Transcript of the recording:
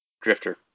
Drifter